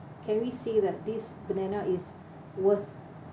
can we say that this banana is worth